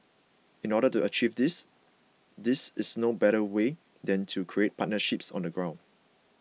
in order to achieve this these is no better way than to create partnerships on the ground